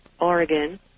Oregon